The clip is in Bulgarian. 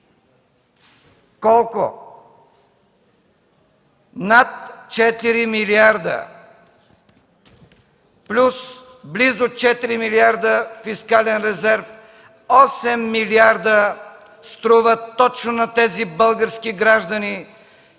Колко? Над четири милиарда, плюс близо четири милиарда фискален резерв – осем милиарда струват точно на тези български граждани